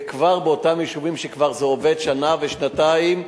וכבר באותם יישובים שבהם זה כבר עובד שנה ושנתיים,